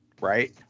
Right